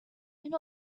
and